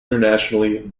internationally